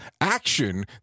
action